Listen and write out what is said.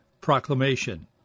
Proclamation